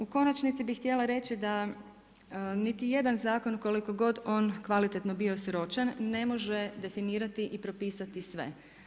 U konačnici bi htjela reći da niti jedan zakon, koliko god on kvalitetno bio sročen, ne može definirati i propisati sve.